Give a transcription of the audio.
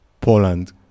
Poland